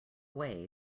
way